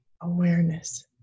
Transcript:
awareness